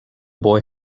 boy